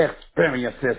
experiences